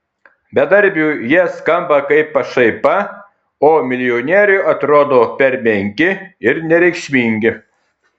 bedarbiui jie skamba kaip pašaipa o milijonieriui atrodo per menki ir nereikšmingi